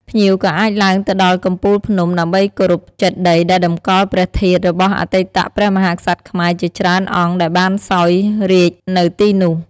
ភ្ញៀវក៏អាចឡើងទៅដល់កំពូលភ្នំដើម្បីគោរពចេតិយដែលតម្កល់ព្រះធាតុរបស់អតីតព្រះមហាក្សត្រខ្មែរជាច្រើនអង្គដែលបានសោយរាជ្យនៅទីនោះ។